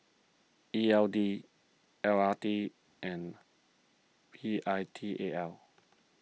E L D L R T and V I T A L